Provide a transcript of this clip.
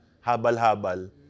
habal-habal